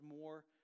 more